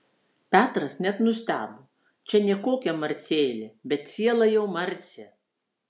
petras net nustebo čia nė kokia marcelė bet ciela jau marcė